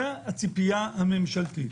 זאת הייתה הציפייה הממשלתית.